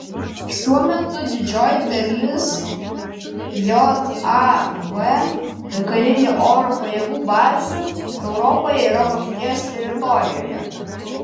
šiuo metu didžioji dalis jav karinių oro pajėgų bazių europoje yra vokietijos teritorijoje